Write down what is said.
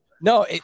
no